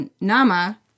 Nama